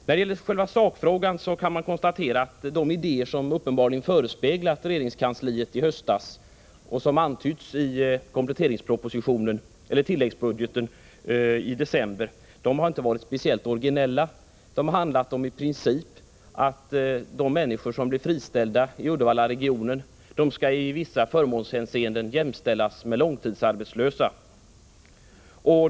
När det gäller själva sakfrågan kan man konstatera, att de idéer som uppenbarligen förespeglade regeringskansliet i höstas och som antyddes i tilläggsbudgeten i december inte har varit speciellt originella. De har i princip handlat om att de människor som blir friställda i Uddevallaregionen i vissa förmånshänseenden skall jämställas med långtidsarbetslösa.